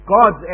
God's